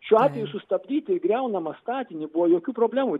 šiuo atveju sustabdyti griaunamą statinį buvo jokių problemų